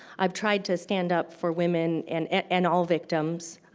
i've tried to stand up for women and and all victims.